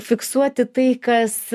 fiksuoti tai kas